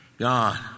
God